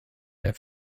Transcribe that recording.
der